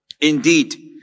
indeed